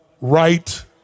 right